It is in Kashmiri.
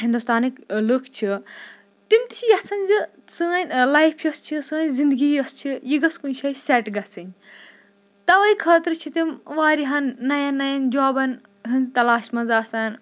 ہِندُستانٕکۍ لُکھ چھِ تِم تہِ چھِ یژھن زِ سٲنۍ لایف یۄس چھِ سٲنۍ زِندگی یۄس چھِ یہِ گٔژھ کُنہِ جایہِ سٮ۪ٹ گَژھٕنۍ تَوَے خٲطرٕ چھِ تِم واریِہَن نَیَن نَیَن جابَن ہٕنٛز تلاش منٛز آسان